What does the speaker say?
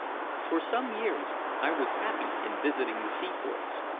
for some years i was happy in visiting the seaports,